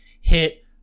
hit